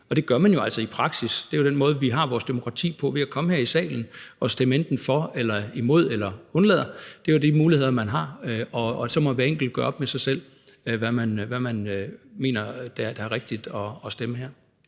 Det gør man jo altså i praksis – det er den måde, vores demokrati fungerer på – ved at komme her i salen og stemme enten for eller imod eller undlade at stemme. Det er jo de muligheder, man har, og så må hver enkelt gøre op med sig selv, hvad man mener er rigtigt at stemme her.